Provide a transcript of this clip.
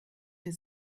der